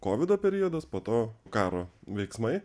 kovido periodas po to karo veiksmai